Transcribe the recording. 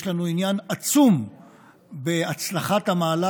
יש לנו עניין עצום בהצלחת המהלך,